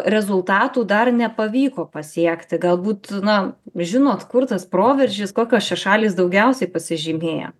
rezultatų dar nepavyko pasiekti galbūt na žinot kur tas proveržis kokios čia šalys daugiausiai pasižymėję